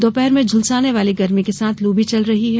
दौपहर में झुलसाने वाली गर्मी के साथ लू भी चल रही है